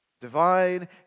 Divine